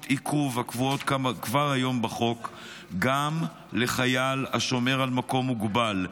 עיכוב הקבועות כבר היום בחוק גם לחייל השומר על מקום מוגבל,